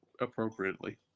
appropriately